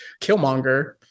Killmonger